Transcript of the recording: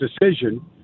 decision